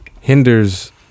hinders